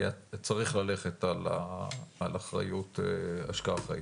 צריך ללכת על השקעה אחראית.